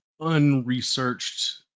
unresearched